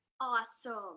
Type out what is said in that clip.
Awesome